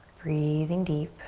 breathing deep.